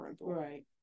Right